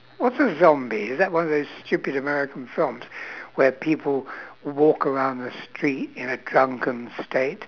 what's a zombie is that one of those stupid american films where people walk around the street in a drunken state